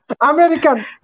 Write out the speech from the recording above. American